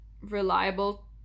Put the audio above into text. reliable